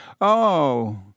Oh